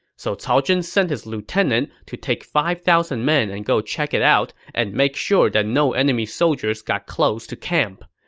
so cao zhen sent his lieutenant to take five thousand men and go check it out and make sure no enemy soldiers got close to camp.